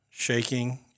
Shaking